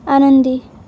आनंदी